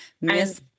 Miss